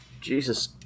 Jesus